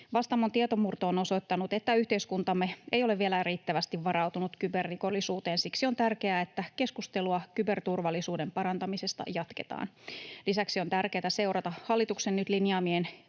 Vastaamon tietomurto on osoittanut, että yhteiskuntamme ei ole vielä riittävästi varautunut kyberrikollisuuteen. Siksi on tärkeää, että keskustelua kyberturvallisuuden parantamisesta jatketaan. Lisäksi on tärkeätä seurata hallituksen vuosi